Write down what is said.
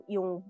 Yung